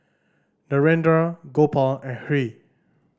Narendra Gopal and Hri